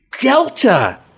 Delta